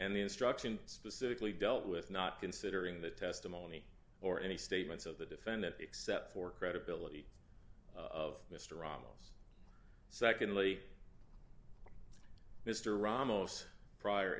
and the instruction specifically dealt with not considering the testimony or any statements of the defendant except for credibility of mr ramos secondly mr ramos prior